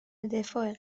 دفاع